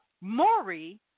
Maury